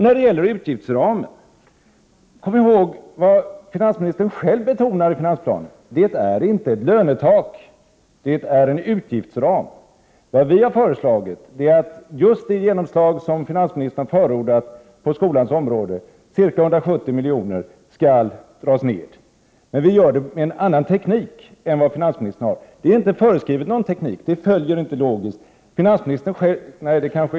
När det gäller utgiftsramen, kom ihåg vad finansministern själv betonade i finansplanen: det är inte ett lönetak, det är en utgiftsram. Vad vi har föreslagit är just det genomslag som finansministern har förordat på skolans område — en neddragning om ca 170 milj.kr. Vi gör detta med en annan teknik än den som finansministern har. Det har inte föreskrivits någon teknik. Det följer inte logiskt.